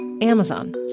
Amazon